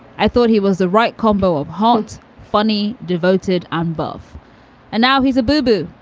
i thought he was the right combo of hot, funny, devoted ambev. and now he's a booboos,